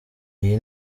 iyi